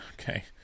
okay